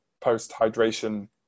post-hydration